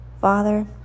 Father